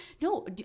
No